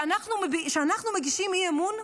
שאנחנו מגישים אי-אמון,